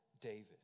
David